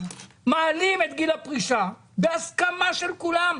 מעלים את גיל הפרישה בהסכמה של כולם,